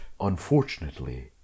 Unfortunately